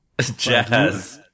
Jazz